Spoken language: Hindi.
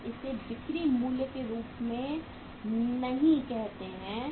हम इसे बिक्री मूल्य के रूप में नहीं कहते हैं